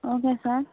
okay sir